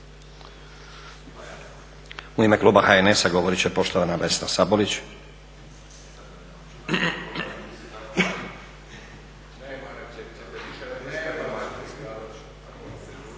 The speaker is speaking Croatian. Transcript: U ime kluba HNS-a govorit će poštovana Vesna Sabolić.